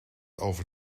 over